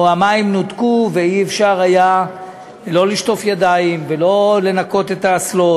או המים נותקו ולא היה אפשר לא לשטוף את המקום ולא לנקות את האסלות,